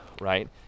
right